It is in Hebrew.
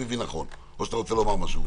רצית לומר משהו?